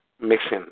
mixing